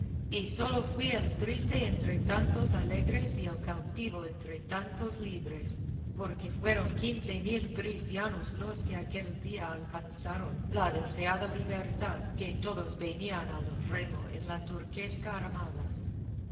y solo fui el triste entre tantos alegres y el cautivo entre tantos libres porque fueron quince mil cristianos los que aquel día alcanzaron la deseada libertad que todos venían al remo en la turquesca armada